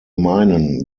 meinen